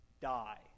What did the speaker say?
die